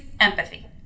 empathy